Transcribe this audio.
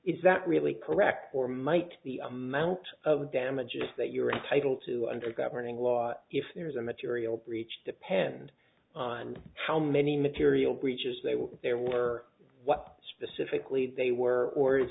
is that really correct or might the amount of damages that you're entitled to under the governing lot if there is a material breach depend on how many material breaches they were there were what specifically they were or is